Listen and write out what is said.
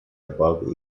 above